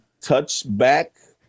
Touchback